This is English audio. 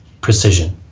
precision